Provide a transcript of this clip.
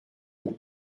pour